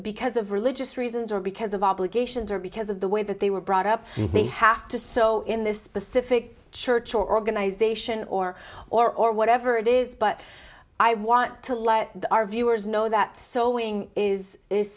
because of religious reasons or because of obligations or because of the way that they were brought up they have to say so in this specific church or organization or or or whatever it is but i want to let our viewers know that sewing is